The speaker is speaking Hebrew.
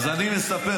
מה סובה?